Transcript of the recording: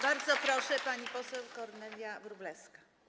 Bardzo proszę, pani poseł Kornelia Wróblewska.